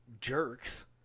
jerks